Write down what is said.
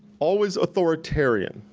always authoritarian,